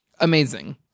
amazing